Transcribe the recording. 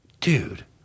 dude –